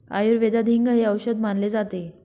आयुर्वेदात हिंग हे औषध मानले जाते